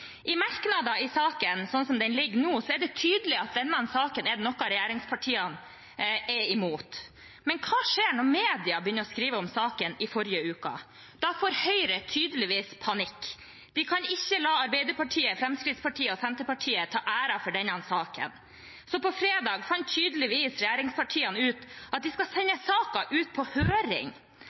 I merknadene i saken sånn som den ligger nå, er det tydelig at denne saken er noe regjeringspartiene er imot. Men hva skjedde da media begynte å skrive om saken i forrige uke? Da får Høyre tydeligvis panikk. De kan ikke la Arbeiderpartiet, Fremskrittspartiet og Senterpartiet ta æren for denne saken. Så på fredag fant tydeligvis regjeringspartiene ut at de skal sende saken ut på høring